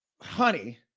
honey